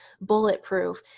bulletproof